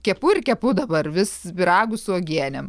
kepu ir kepu dabar vis pyragus su uogienėm